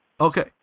Okay